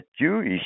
Jewish